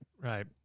Right